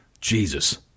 Jesus